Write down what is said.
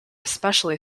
especially